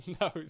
No